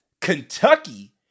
Kentucky